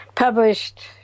published